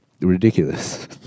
ridiculous